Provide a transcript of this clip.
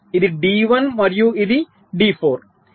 ఇది డి 1 మరియు ఇది డి 4